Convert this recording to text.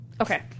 Okay